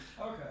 Okay